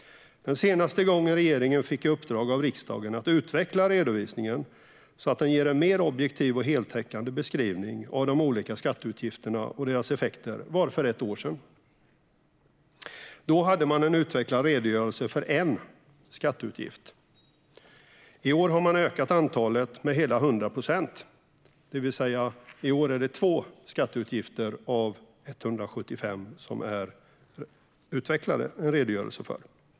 Förra gången regeringen fick i uppdrag av riksdagen att utveckla redovisningen så att den ger en mer objektiv och heltäckande beskrivning av de olika skatteutgifterna och deras effekter var för ett år sedan. Då gjorde man en utvecklad redogörelse av en skatteutgift. I år har man ökat antalet med hela 100 procent, det vill säga att i år är det två skatteutgifter av 175 som man gör en utvecklad redogörelse av.